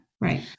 Right